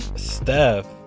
steph?